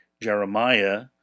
Jeremiah